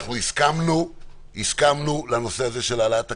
הסכמנו לנושא הזה של העלאת הקנסות,